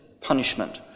punishment